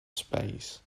space